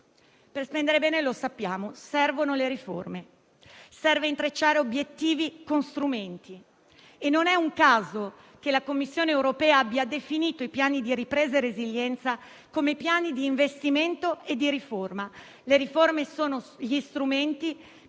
Per spendere bene - lo sappiamo - servono le riforme e intrecciare obiettivi con strumenti, e non è un caso che la Commissione europea abbia definito i Piani di ripresa e resilienza come piani di investimento e di riforma. Le riforme sono gli strumenti